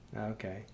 Okay